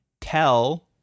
Tell